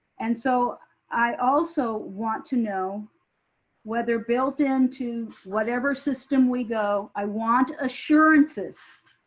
and so i also want to know whether built into whatever system we go, i want assurances,